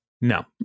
no